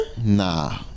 Nah